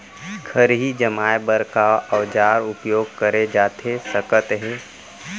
खरही जमाए बर का औजार उपयोग करे जाथे सकत हे?